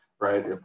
Right